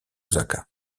osaka